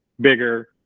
bigger